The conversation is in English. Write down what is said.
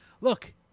look